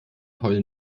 heulen